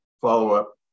follow-up